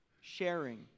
sharing